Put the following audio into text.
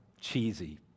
cheesy